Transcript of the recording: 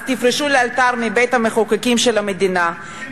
אז תפרשו לאלתר מבית-המחוקקים של המדינה,